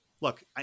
look